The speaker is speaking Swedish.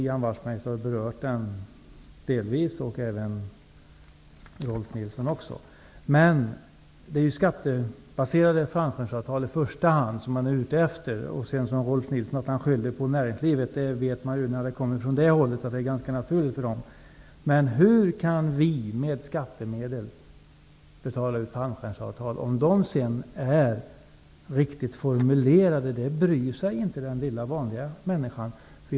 Delvis har den berörts av Det är ju i första hand skattebaserade fallskärmsavtal som man är ute efter. Rolf L Nilson skyllde på näringslivet. Men det är ju ganska naturligt att man på det hållet gör så. Min fråga är alltså: Hur kan vi med skattemedel betala ut fallskärmsavtal? Om sedan dessa avtal är riktigt formulerade bryr sig inte den enskilda människan om.